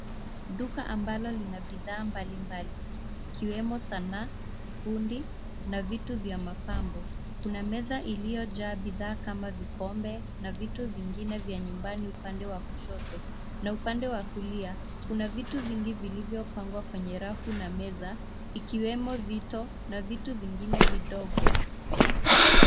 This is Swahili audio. Duka abalo lina bidhaa mbalimbali zikiwemo sanaa, ufundi na vitu vya mapambo. Kuna meza iliyojaa bidhaa kama vikombe na vitu vingine vya nyumbani upande wa kushoto na upande wa kulia kuna vitu vingi vilivyopangwa kwenye rafu na meza ikiwemo vito na vitu vingine vidogo.